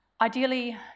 Ideally